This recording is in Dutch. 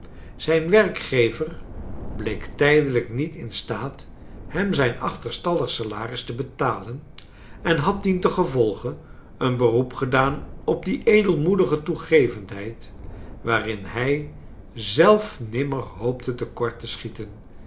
zijn werkgever bleek tijdelijk niet in staat hem zrjn achterstallig salaris te betalen en had dientengevolge een beroep gedaan op die edelmoedige toegevendheid waarin hij zelf ni miner hoopte te kort te schieten